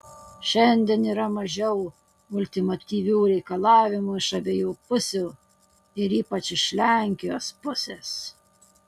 šiandien yra mažiau ultimatyvių reikalavimų iš abiejų pusių ir ypač iš lenkijos pusės